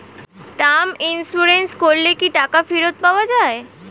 Term insurance করলে কি টাকা ফেরত পাওয়া যায়?